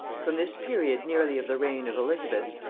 from this period nearly of the reign of elizabeth,